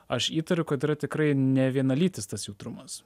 aš įtariu kad yra tikrai nevienalytis tas jautrumas